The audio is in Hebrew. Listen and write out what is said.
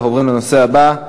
אנחנו עוברים לנושא הבא,